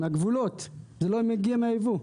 מהגבולות זה לא מגיע מהייבוא.